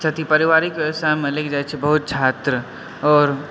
यदि पारिवारिक बेबस्थामे लागि जाइ छै बहुत छात्र आओर